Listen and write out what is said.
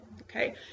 okay